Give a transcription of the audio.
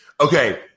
Okay